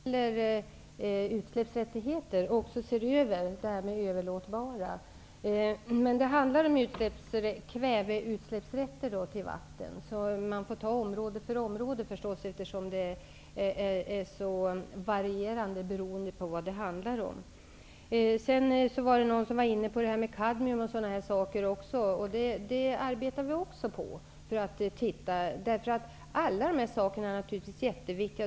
Herr talman! Jag vill bara säga till Lennart Fremling att den utredning som behandlar utsläppsrättigheter också ser över frågan om överlåtbara utsläppsrätter. Det handlar om kväveutsläppsrätt till vatten, och man får ta område efter område, eftersom det är så varierande, beroende på vad det handlar om. Någon var inne på frågan om kadmium m.m., och den arbetar vi också med -- alla de här sakerna är naturligtvis mycket viktiga.